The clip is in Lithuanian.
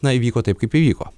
na įvyko taip kaip įvyko